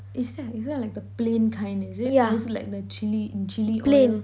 is that is that like the plain kind is it or is like the chilli chilli oil